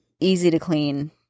easy-to-clean